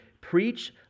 Preach